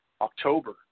October